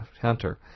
hunter